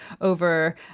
over